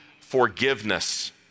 forgiveness